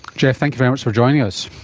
jeff, thank you very much for joining us.